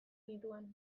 nituen